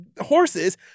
horses